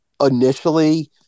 initially